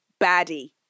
baddie